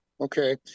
okay